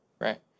right